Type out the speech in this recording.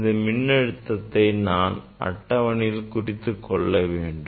இந்த மின்னழுத்தத்தை நான் அட்டவணையில் குறித்துக்கொள்ள வேண்டும்